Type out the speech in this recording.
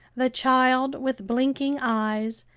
the child, with blinking eyes,